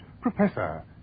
Professor